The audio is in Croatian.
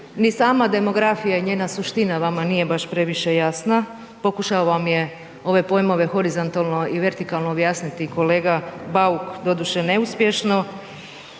ni sama demografija i njena suština vama nije baš previše jasna, pokušao vam je ove pojmove horizontalno i vertikalno objasniti kolega Bauk, doduše neuspješno.